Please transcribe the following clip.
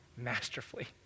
masterfully